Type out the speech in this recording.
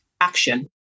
action